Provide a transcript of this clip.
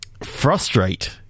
frustrate